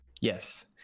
yes